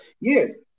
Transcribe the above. yes